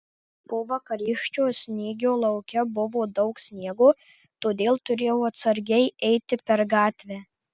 po vakarykščio snygio lauke buvo daug sniego todėl turėjau atsargiai eiti per gatvę